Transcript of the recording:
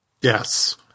Yes